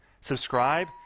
subscribe